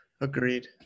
Agreed